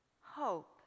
hope